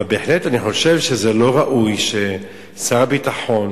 אבל בהחלט אני חושב שזה לא ראוי ששר ביטחון